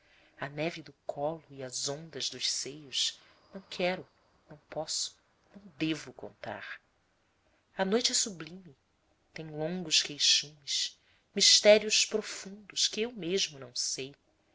a neve do colo e as ondas dos seios não quero não posso não devo contar a noite é sublime tem longos queixumes mistérios profundos que eu mesmo não sei